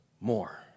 more